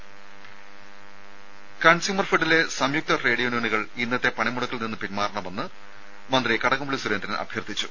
രദര consumer ഫെഡിലെ സംയുക്ത trade യൂണിയനുകൾ ഇന്നത്തെ പണിമുടക്കിൽ നിന്നു പിന്മാറണമെന്ന് മന്ത്രി കടകംപള്ളി സുരേന്ദ്രൻ അഭ്യർത്ഥിച്ചു